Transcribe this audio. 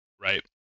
right